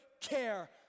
Care